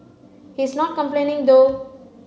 he is not complaining though